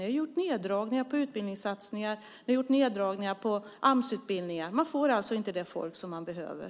Ni har gjort neddragningar på utbildningssatsningar och Amsutbildningar. Man får alltså inte det folk man behöver.